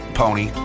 pony